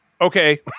okay